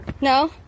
No